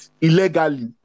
illegally